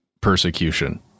persecution